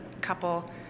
couple